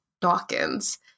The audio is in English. Dawkins